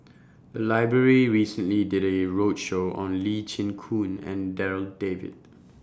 The Library recently did A roadshow on Lee Chin Koon and Darryl David